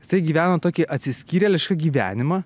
jisai gyveno tokį atsiskyrėlišką gyvenimą